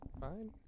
Fine